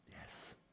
Yes